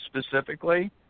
specifically